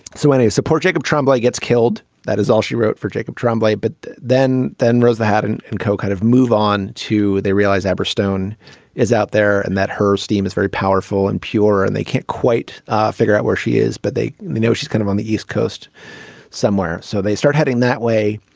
so when a support jacob tremblay gets killed that is all she wrote for jacob tremblay but then. then rosa hatton and co kind of move on too. they realize amber stone is out there and that her steam is very powerful and pure and they can't quite figure out where she is but they they know she's kind of on the east coast somewhere. so they start heading that way.